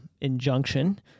injunction